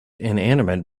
inanimate